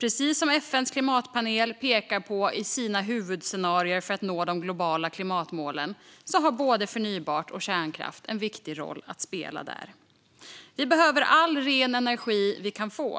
Precis som FN:s klimatpanel pekar på i sina huvudscenarier för att nå de globala klimatmålen har både förnybart och kärnkraft en viktig roll att spela där. Vi behöver all ren energi vi kan få